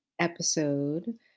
episode